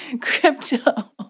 Crypto